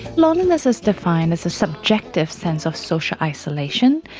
loneliness is defined as a subjective sense of social isolation.